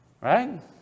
right